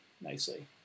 nicely